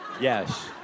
Yes